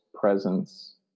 presence